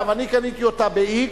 אני קניתי אותה ב-x,